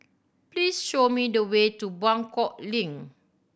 please show me the way to Buangkok Link